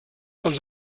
els